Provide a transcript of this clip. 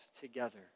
together